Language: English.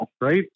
Right